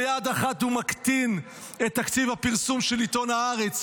ביד אחת הוא מקטין את תקציב הפרסום של עיתון הארץ,